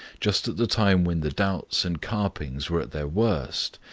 just at the time when the doubts and carpings were at their worst,